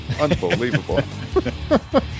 Unbelievable